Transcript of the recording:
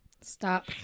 stop